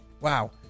Wow